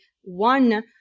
one